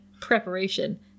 preparation